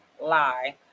lie